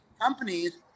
companies